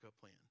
plan